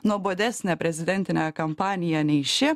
nuobodesnę prezidentinę kampaniją nei ši